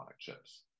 chips